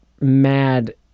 mad